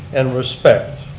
and respect.